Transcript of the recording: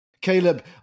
Caleb